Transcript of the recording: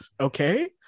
okay